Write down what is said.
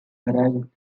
arrived